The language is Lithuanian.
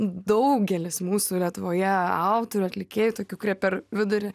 daugelis mūsų lietuvoje autorių atlikėjų tokių kurie per vidurį